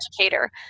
educator